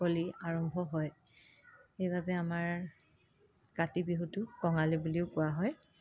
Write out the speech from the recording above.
কলি আৰম্ভ হয় সেইবাবে আমাৰ কাতি বিহুটো কঙালী বুলিও কোৱা হয়